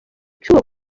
cyuho